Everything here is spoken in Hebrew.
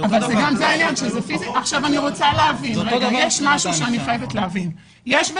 יש משהו שאני חייבת להבין.